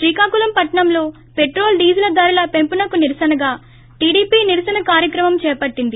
శ్రీకాకుళం పట్టణంలో petrol diesel ధరల పెంపుకు నిరశనగా టిడిపి నిరశన కార్యక్రమం చేపట్టింది